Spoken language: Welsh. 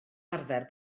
arfer